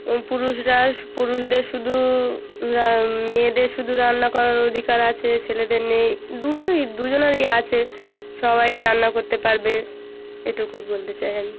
এবং পুরুষরা পুরুষদের শুধু মেয়েদের শুধু রান্না করার অধিকার আছে ছেলেদের নেই দুটোই দুজনেরই আছে সবাই রান্না করতে পারবে এটুকুই বলতে চাই আমি